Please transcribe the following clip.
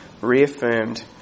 reaffirmed